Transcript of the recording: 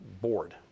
board